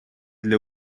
для